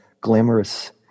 glamorous